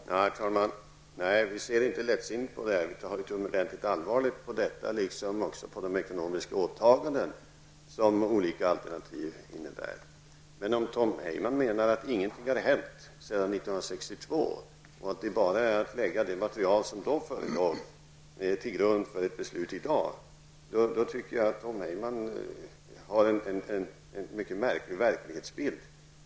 Herr talman! Nej, vi ser inte lättsinnigt på detta utan har funderat riktigt allvarligt på detta liksom på de ekonomiska åtaganden som olika alternativ innebär. Om Tom Heyman menar att ingenting har hänt sedan 1962 och att det bara är att lägga det material som då fanns till grund för ett beslut i dag, då tycker jag att Tom Heyman har en mycket märklig verklighetsbild.